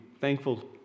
thankful